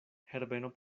herbeno